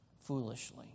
foolishly